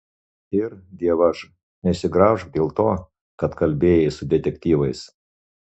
ir dievaž nesigraužk dėl to kad kalbėjai su detektyvais